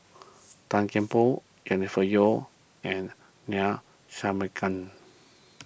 Tan Kian Por Jennifer Yeo and Neila